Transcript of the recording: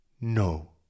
no